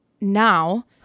now